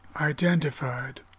Identified